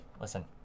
listen